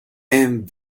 and